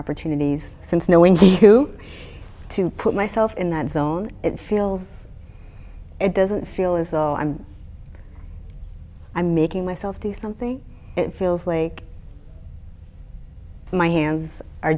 opportunities since knowing who to put myself in that zone feel it doesn't feel as though i'm i making myself do something it feels like my hands are